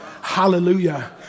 Hallelujah